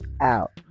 out